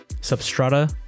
Substrata